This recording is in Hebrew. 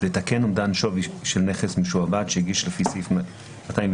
לתקן אומדן שווי של נכס משועבד שהגיש לפי סעיף 210(ד)